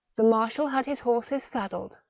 the marshal had his horses saddled,